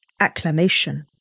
acclamation